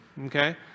okay